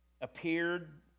appeared